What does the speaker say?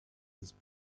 his